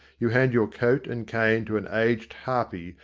you hand your coat and cane to an aged harpy,